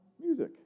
music